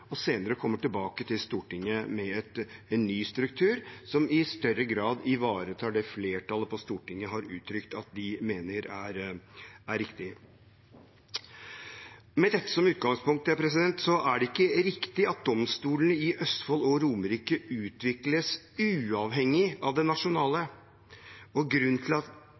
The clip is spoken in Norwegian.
og senere kommer tilbake til Stortinget med en ny struktur som i større grad ivaretar det flertallet på Stortinget har uttrykt at de mener er riktig. Med dette som utgangspunkt er det ikke riktig at domstolene i Østfold og Romerike utvikles uavhengig av det nasjonale. Grunnen til at SV nå mener det er viktig å stille denne saken i bero, er ikke nødvendigvis at